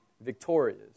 victorious